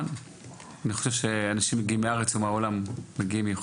אנשים מגיעים אליה מהארץ ומהעולם ואנחנו נעשה